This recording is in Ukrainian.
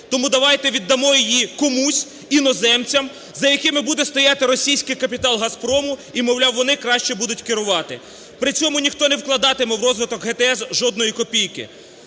тому давайте віддамо її комусь: іноземцям, за якими буде стояти російський капітал "Газпрому", і, мовляв, вони краще будуть керувати, при цьому ніхто не вкладатиме в розвиток ГТС жодної копійки.